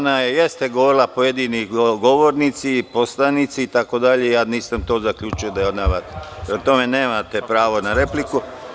Jeste govorila – pojedini govornici, poslanici, itd; ali nisam to zaključio da je ona vas, prema tome, nemate pravo na repliku.